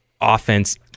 offense